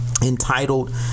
entitled